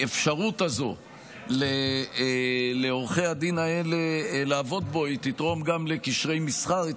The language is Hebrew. שהאפשרות הזאת לעורכי הדין האלה לעבוד פה היא תתרום גם לקשרי מסחר,